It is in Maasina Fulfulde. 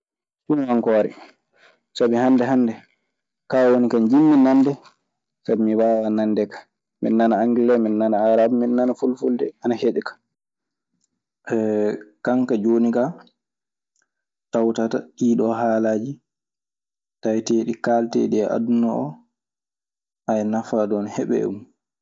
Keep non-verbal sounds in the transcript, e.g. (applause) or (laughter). Sinuankoore, sabi hannde hannde kaa woni ka njimmi nande. Sabii mi waawa nande ka. Miɗe nana angele, miɗe nana arabe, mide nana fulfulde, ana heƴi kan. Kanka jooni kaa tawtata ɗiiɗoo haalaaji taweteeɗi kaalteeɗi e aduna oo, (hesitation) nafaa du ana heɓee e mun.